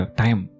time